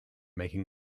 making